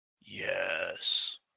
Yes